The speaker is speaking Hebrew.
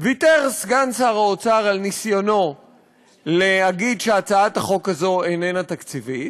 ויתר סגן שר האוצר על ניסיונו להגיד שהצעת החוק הזאת איננה תקציבית,